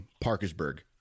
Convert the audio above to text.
Parkersburg